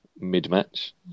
mid-match